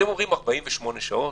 אתם אומרים 48 שעות.